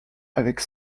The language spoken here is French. avec